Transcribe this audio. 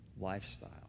lifestyle